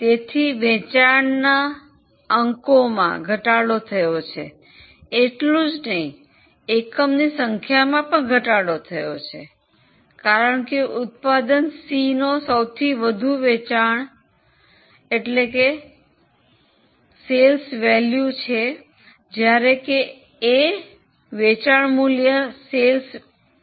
તેથી વેચાણની અંકોમાં ઘટાડો થયો છે એટલું જ નહીં એકમની સંખ્યામાં પણ ઘટાડો થયો છે કારણ કે ઉત્પાદન સીનો સૌથી વધુ વેચાણ મૂલ્ય છે જ્યારે કે એનો વેચાણ મૂલ્ય સૌથી ઓછું છે